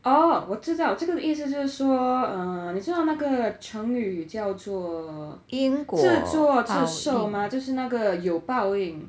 oh 我知道这个的意思就是说你知道那个成语叫做自作自受吗就是那个有报应